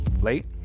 Late